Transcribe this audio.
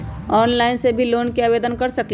Online से भी loan के आवेदन कर सकलीहल?